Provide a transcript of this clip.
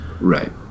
Right